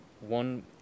one